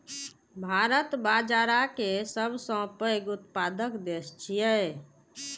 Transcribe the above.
भारत बाजारा के सबसं पैघ उत्पादक देश छियै